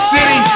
City